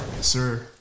sir